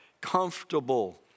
comfortable